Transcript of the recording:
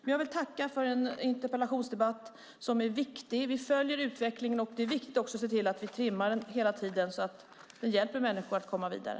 Jag vill tacka för en interpellationsdebatt som är viktig. Vi följer utvecklingen, och det är också viktigt att vi ser till att vi trimmar detta så att vi hela tiden hjälper människor att komma vidare.